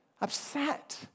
upset